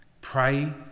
Pray